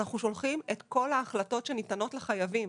אנחנו שולחים את כל ההחלטות שניתנות לחייבים,